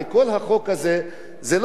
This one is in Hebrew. בעצם,